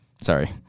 Sorry